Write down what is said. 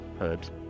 herbs